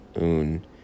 Un